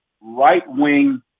right-wing